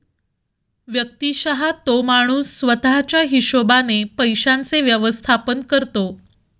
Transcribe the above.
व्यक्तिशः तो माणूस स्वतः च्या हिशोबाने पैशांचे व्यवस्थापन करतो